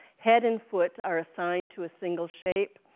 head and foot are assigned to a single shape,